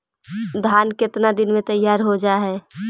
धान केतना दिन में तैयार हो जाय है?